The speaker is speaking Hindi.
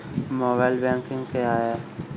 मोबाइल बैंकिंग क्या है?